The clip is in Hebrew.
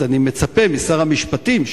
אז אני מצפה משר המשפטים,